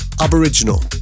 Aboriginal